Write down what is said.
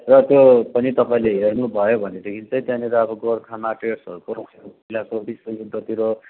र त्यो पनि तपाईँले हेर्नु भयो भनेदेखि चाहिँ त्यहाँनेर अब गोर्खा हरूको दोस्रो विश्व युद्धतिर